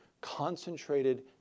concentrated